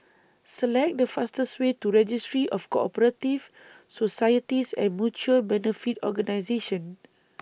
Select The fastest Way to Registry of Co Operative Societies and Mutual Benefit Organisations